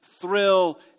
thrill